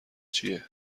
چیه